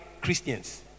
Christians